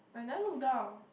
I never look down